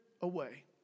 away